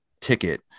ticket